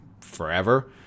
forever